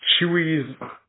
Chewie's